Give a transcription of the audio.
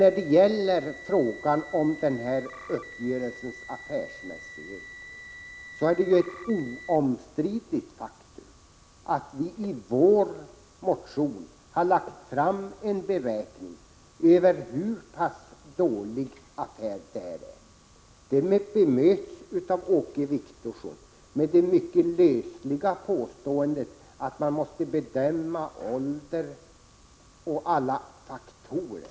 När det gäller frågan om uppgörelsens affärsmässighet är det ett obestridligt faktum att vi i vår motion har lagt fram en beräkning över hur dålig affären är. Det bemöts av Åke Wictorsson med det mycket lösliga påståendet att man måste bedöma anläggningarnas ålder och alla andra faktorer.